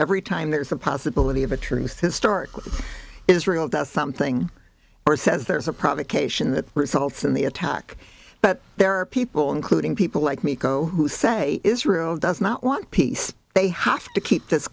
every time there's a possibility of a truth historically israel does something or says there is a provocation that results in the attack but there are people including people like me go who say israel does not want peace they have to keep this